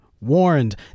warned